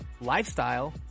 lifestyle